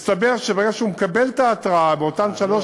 מסתבר שברגע שהוא מקבל את ההתרעה באותן שלוש